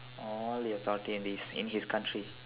all the authority in this in his country